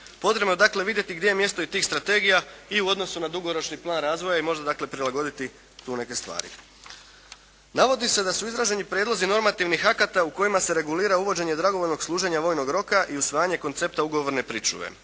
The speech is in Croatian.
Potrebno je dakle vidjeti gdje je mjesto i tih strategija i u odnosu na dugoročni plan razvoja i možda dakle, prilagoditi tu neke stvari. Navodi se da su izraženi prijedlozi normativnih akata u kojima se regulira uvođenje dragovoljnog služena vojnog roka i usvajanje koncepta ugovorne pričuve.